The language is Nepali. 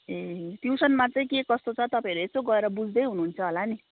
ए ट्युसनमा चाहिँ के कस्तो छ तपाईँहरूले यसो गएर बुझ्दै हुनुहुन्छ होला नि